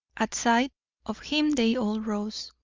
at sight of him they all rose.